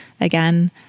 again